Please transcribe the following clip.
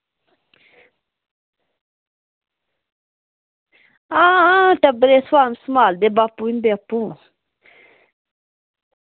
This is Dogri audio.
आं टब्बरै ई सम्हालदे बापू इंदे आपूं